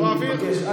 אני מבקש,